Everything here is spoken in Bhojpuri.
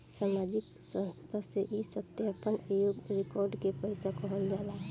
सामाजिक संस्था से ई सत्यापन योग्य रिकॉर्ड के पैसा कहल जाला